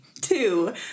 two